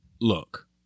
Look